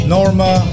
Norma